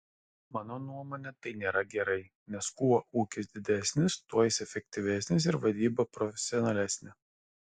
mano nuomone tai nėra gerai nes kuo ūkis didesnis tuo jis efektyvesnis ir vadyba profesionalesnė